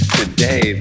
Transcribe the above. today